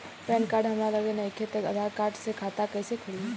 Pan card हमरा लगे नईखे त आधार कार्ड से खाता कैसे खुली?